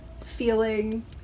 feeling